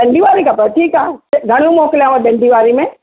डंडी वारी खपेव ठीकु आहे घणियूं मोकिलियाव डंडी वारी में